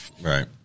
Right